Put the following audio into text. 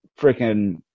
freaking